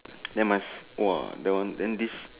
then must !wah! that one then this